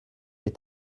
est